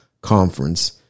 conference